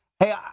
Hey